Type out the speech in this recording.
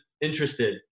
interested